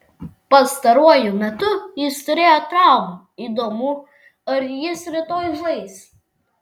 pastaruoju metu jis turėjo traumų įdomu ar jis rytoj žais